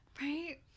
Right